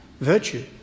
virtue